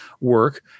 work